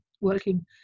working